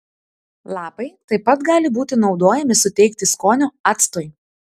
lapai taip pat gali būti naudojami suteikti skonio actui